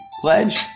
Pledge